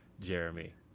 Jeremy